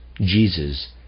Jesus